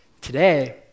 Today